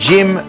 Jim